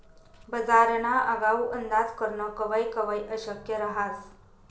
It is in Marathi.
बजारना आगाऊ अंदाज करनं कवय कवय अशक्य रहास